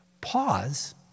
Pause